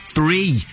Three